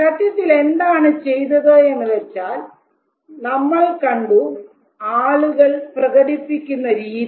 സത്യത്തിൽ എന്താണ് ചെയ്തത് എന്ന് വെച്ചാൽ നമ്മൾ കണ്ടു ആളുകൾ പ്രകടിപ്പിക്കുന്ന രീതി